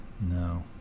No